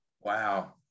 Wow